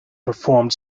performed